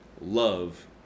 love